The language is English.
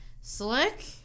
Slick